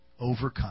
overcome